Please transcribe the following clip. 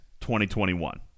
2021